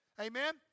Amen